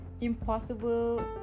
impossible